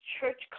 church